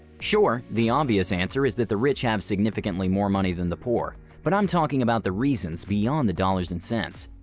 sure, the obvious answer is that the rich have significantly more money than the poor but i'm talking about the reasons beyond the dollars and cents.